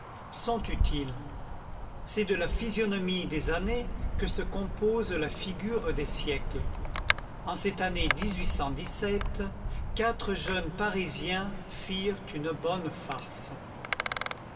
la végétation sont utiles c'est de la physionomie des années que se compose la figure des siècles en cette année quatre jeunes parisiens firent une bonne farce